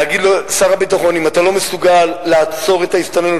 להגיד לשר הביטחון: אם אתה לא מסוגל לעצור את ההסתננות,